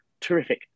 terrific